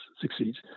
succeeds